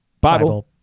Bible